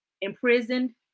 Imprisoned